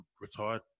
retired